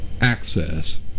access